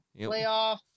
playoff